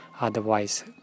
otherwise